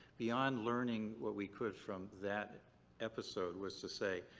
beyond learning what we could from that episode was to say,